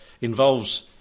involves